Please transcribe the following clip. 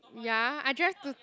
ya I drive to